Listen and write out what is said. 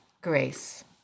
Grace